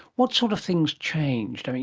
what sort of things changed?